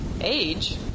age